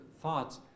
thoughts